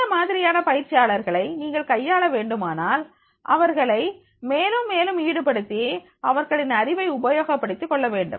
இந்த மாதிரியான பயிற்சியாளர்களை நீங்கள் கையாள வேண்டுமானால் அவர்களை மேலும் மேலும் ஈடுபடுத்தி அவர்களின் அறிவை உபயோகப்படுத்திக் கொள்ள வேண்டும்